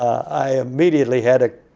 i immediately had a,